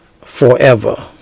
forever